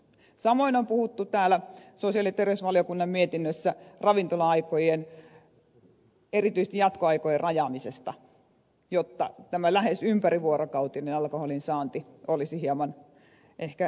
samoin täällä sosiaali ja terveysvaliokunnan mietinnössä on puhuttu ravintola aikojen erityisesti jatkoaikojen rajaamisesta jotta tämä lähes ympärivuorokautinen alkoholin saanti olisi ehkä hieman hankalampaa